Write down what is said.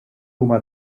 huma